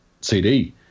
CD